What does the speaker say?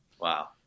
wow